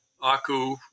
Aku